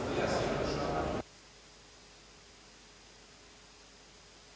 Hvala vam!